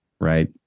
Right